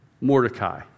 Mordecai